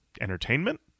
entertainment